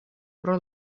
pro